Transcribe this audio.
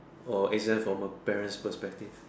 or exams from a parents perspective